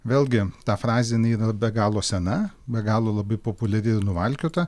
vėlgi ta frazė jinai yra be galo sena be galo labai populiari ir nuvalkiota